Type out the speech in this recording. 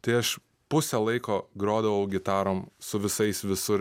tai aš pusę laiko grodavau gitarom su visais visur